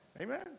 Amen